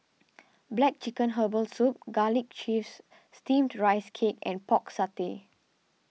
Black Chicken Herbal Soup Garlic Chives Steamed Rice Cake and Pork Satay